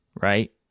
right